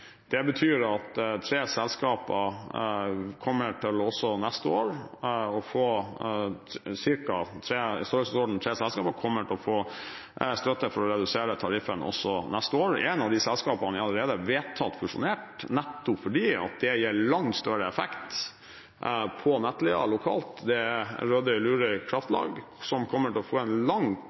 Det betyr at i størrelsesorden ca. tre selskaper kommer til å få støtte til å redusere tariffen også neste år. Et av de selskapene er allerede vedtatt fusjonert, nettopp fordi det gir langt større effekt på nettleia lokalt. Det er Rødøy-Lurøy Kraftverk, som kommer til å få en